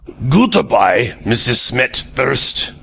goot-a-bye, mrs. smet-thirst,